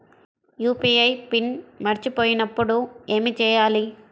UPI PIN మరచిపోయినప్పుడు ఏమి చేయాలి?